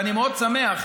ואני מאוד שמח,